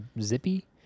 zippy